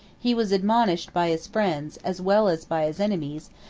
he was admonished by his friends, as well as by his enemies,